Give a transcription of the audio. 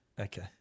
Okay